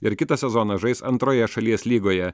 ir kitą sezoną žais antroje šalies lygoje